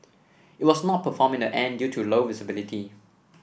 it was not performed in the end due to low visibility